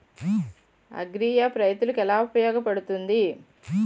Agri app రైతులకి ఏలా ఉపయోగ పడుతుంది?